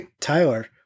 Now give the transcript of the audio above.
Tyler